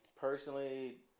personally